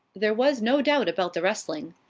there was no doubt about the wrestling.